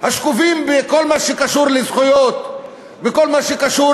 השקופים בכל מה שקשור לזכויות וכל מה שקשור